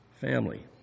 family